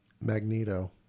Magneto